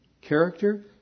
Character